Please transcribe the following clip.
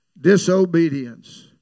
disobedience